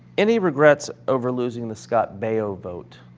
any regrets over losing the scott baio vote?